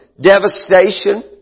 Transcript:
devastation